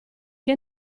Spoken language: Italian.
che